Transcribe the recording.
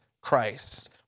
Christ